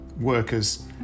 workers